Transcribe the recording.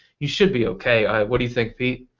you should be ok. what do you think pete?